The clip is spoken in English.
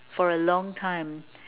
for a long time